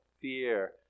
fear